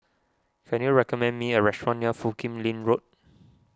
can you recommend me a restaurant near Foo Kim Lin Road